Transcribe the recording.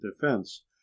defense